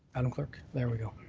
madam clerk, there we go.